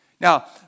Now